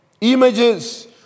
Images